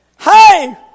hey